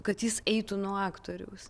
kad jis eitų nuo aktoriaus